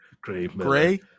Gray